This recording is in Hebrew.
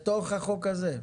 בתוך החוק הזה.